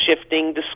shifting